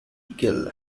kill